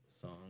song